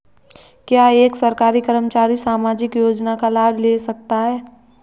क्या एक सरकारी कर्मचारी सामाजिक योजना का लाभ ले सकता है?